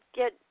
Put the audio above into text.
get